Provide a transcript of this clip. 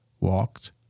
Walked